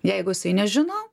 jeigu jisai nežino